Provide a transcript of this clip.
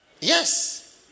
Yes